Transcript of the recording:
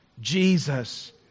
Jesus